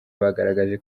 bagaragaje